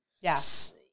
Yes